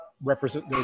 represent